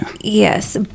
Yes